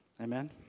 Amen